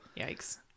Yikes